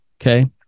okay